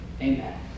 Amen